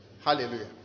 Hallelujah